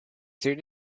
soon